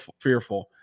fearful